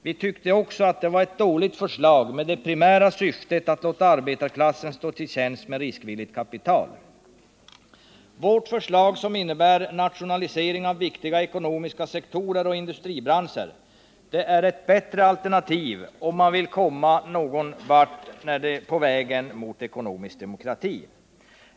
Vi tyckte också att det var ett dåligt förslag med det primära syftet att låta arbetarklassen stå till tjänst med riskvilligt kapital. Vårt förslag, som innebär nationalisering av viktiga ekonomiska sektorer och industribranscher, är ett bättre alternativ om man vill komma någon vart på vägen mot ekonomisk demokrati.